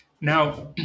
Now